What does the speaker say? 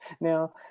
now